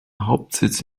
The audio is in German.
hauptsitz